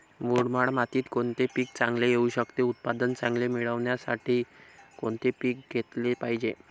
मुरमाड मातीत कोणते पीक चांगले येऊ शकते? उत्पादन चांगले मिळण्यासाठी कोणते पीक घेतले पाहिजे?